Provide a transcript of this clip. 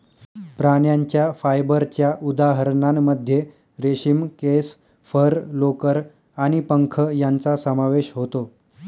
प्राण्यांच्या फायबरच्या उदाहरणांमध्ये रेशीम, केस, फर, लोकर आणि पंख यांचा समावेश होतो